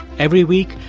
every week,